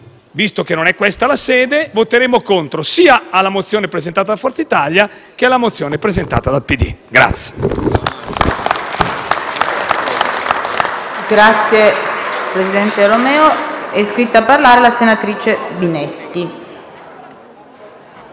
visto che non è questa la sede, voteremo contro sia alla mozione n. 31, presentata da Forza Italia, che alla mozione n. 89, presentata dal Partito